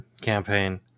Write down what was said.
campaign